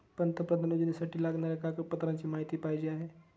पंतप्रधान योजनेसाठी लागणाऱ्या कागदपत्रांची माहिती पाहिजे आहे